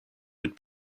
would